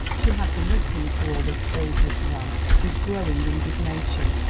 she had been listening to all this ill-judged rant with growing indignation,